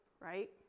Right